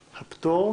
הפטור?